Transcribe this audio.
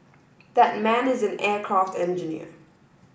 that man is an aircraft engineer